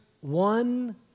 one